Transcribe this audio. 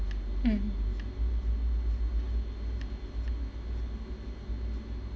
mm